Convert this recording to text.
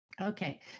Okay